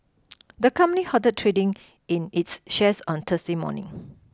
the company halted trading in its shares on Thursday morning